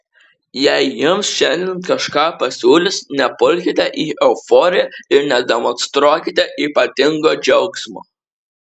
jei jums šiandien kažką pasiūlys nepulkite į euforiją ir nedemonstruokite ypatingo džiaugsmo